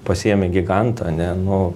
pasiėmei gigantą ane nu